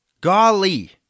Golly